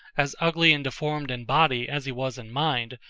as ugly and deformed in body as he was in mind,